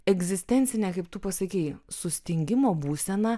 egzistencinę kaip tu pasakei sustingimo būseną